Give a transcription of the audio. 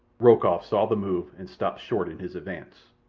rokoff saw the move and stopped short in his advance.